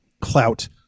clout